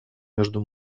между